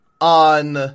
on